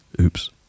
oops